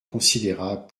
considérable